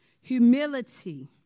humility